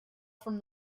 from